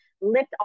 lift